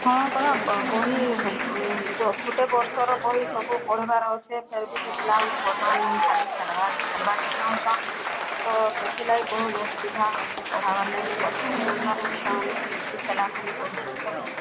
ହଁ ପରା ବହି ଗୋଟେ ବର୍ଷର ବହି ସବୁ ପଢ଼ିବାର ଅଛି ଫେର୍ ବି ସେ ପିଲାଗୁଡ଼ା ପଢ଼୍ବାର ନାହିଁ ଖାଲି ଖେଲ୍ବାର ଖେଲ୍ବାକେ ଚାହୁଁଛନ୍ ତ ସେଥିଲାଗି ବହୁତ୍ ଅସୁବିଧା ହେଉଛି ପଢ଼ବା ଲାଗି ତଥାପି ମାନିବାର ନାଇଁ ଛୁଆମାନେ ଖେଲାଖେଲି କରୁଛନ୍ତି ତ